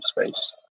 space